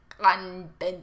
content